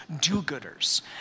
do-gooders